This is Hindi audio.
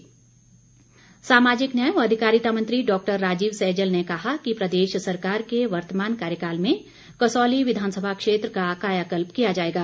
सैजल सामाजिक न्याय व अधिकारिता मंत्री डॉक्टर राजीव सैजल ने कहा कि प्रदेश सरकार के वर्तमान कार्यकाल में कसौली विधानसभा क्षेत्र का कायाकल्प किया जाएगा